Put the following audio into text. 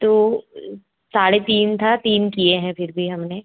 तो साढ़े तीन था तीन किए हैं फ़िर भी हमने